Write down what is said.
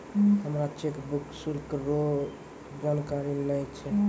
हमरा चेकबुक शुल्क रो जानकारी नै छै